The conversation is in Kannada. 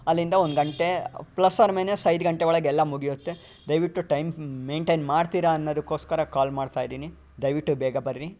ಅಲ್ಲಿಂದ ಒಂದು ಗಂಟೆ ಪ್ಲಸ್ ಓರ್ ಮೈನಸ್ ಐದು ಗಂಟೆ ಒಳಗೆ ಎಲ್ಲ ಮುಗಿಯುತ್ತೆ ದಯವಿಟ್ಟು ಟೈಮ್ ಮೇಂಟೈನ್ ಮಾಡ್ತೀರಾ ಅನ್ನೋದಕ್ಕೋಸ್ಕರ ಕಾಲ್ ಮಾಡ್ತಾಯಿದ್ದೀನಿ ದಯವಿಟ್ಟು ಬೇಗ ಬರ್ರಿ